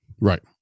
Right